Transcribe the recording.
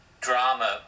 drama